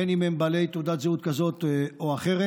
בין אם הם בעלי תעודת זהות כזאת או אחרת.